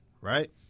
right